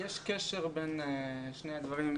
יש קשר בין שני הדברים.